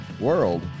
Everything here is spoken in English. world